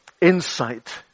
insight